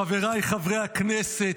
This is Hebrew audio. חבריי חברי הכנסת,